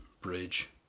bridge